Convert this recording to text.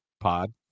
pod